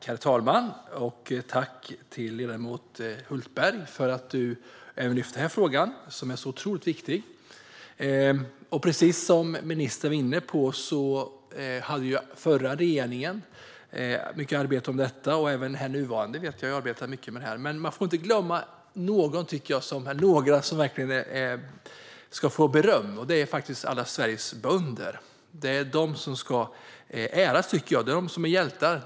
Herr talman! Tack, ledamot Hultberg, för att du även lyft denna fråga, som är otroligt viktig. Precis som ministern var inne på arbetade den förra regeringen mycket med detta, och jag vet att även den nuvarande regeringen gör det. Men man får inte glömma några som verkligen ska få beröm, och det är alla Sveriges bönder. Det är de som ska äras och som är hjältar.